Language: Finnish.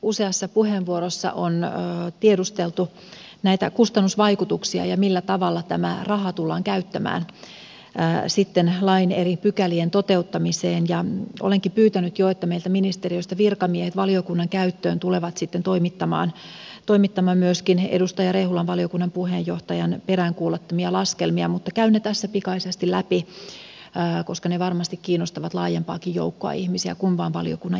useassa puheenvuorossa on tiedusteltu näitä kustannusvaikutuksia ja sitä millä tavalla tämä raha tullaan käyttämään lain eri pykälien toteuttamiseen ja olenkin pyytänyt jo että meiltä ministeriöstä virkamiehet tulevat toimittamaan valiokunnan käyttöön myöskin edustaja rehulan valiokunnan puheenjohtajan peräänkuuluttamia laskelmia mutta käyn ne tässä pikaisesti läpi koska ne varmasti kiinnostavat laajempaakin joukkoa ihmisiä kuin vain valiokunnan jäseniä